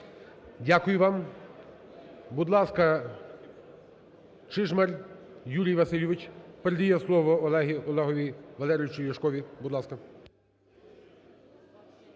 Дякую вам. Будь ласка, Чижмарь Юрій Васильович. Передає слово Олегові Валерійовичу Ляшкові. Будь ласка.